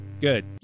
good